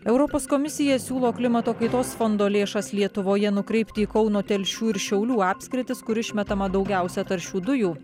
europos komisija siūlo klimato kaitos fondo lėšas lietuvoje nukreipti į kauno telšių ir šiaulių apskritis kur išmetama daugiausia taršių dujų